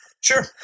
sure